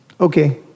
Okay